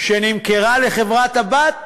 שנמכרה לחברה הבת